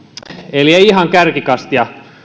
eli emme ole ihan kärkikastia